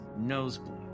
nosebleed